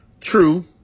True